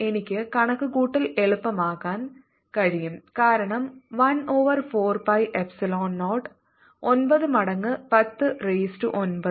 എനിക്ക് കണക്കുകൂട്ടൽ എളുപ്പമാക്കാൻ കഴിയും കാരണം 1 ഓവർ 4 പൈ എപ്സിലോൺ 0 9 മടങ്ങ് 10 റൈസ് ടു 9